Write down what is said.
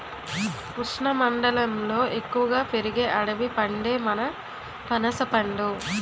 ఉష్ణమండలంలో ఎక్కువగా పెరిగే అడవి పండే మన పనసపండు